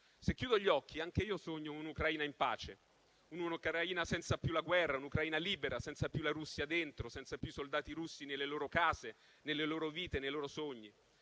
Se chiudo gli occhi, anche io sogno un'Ucraina in pace, senza più la guerra, libera, senza più la Russia dentro, senza più i soldati russi nelle loro case, nelle loro vite, nei loro sogni.